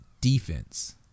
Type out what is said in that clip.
defense